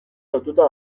lotuta